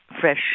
fresh